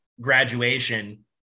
graduation